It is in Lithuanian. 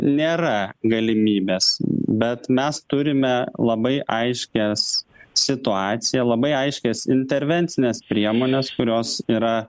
nėra galimybės bet mes turime labai aiškias situaciją labai aiškias intervencines priemones kurios yra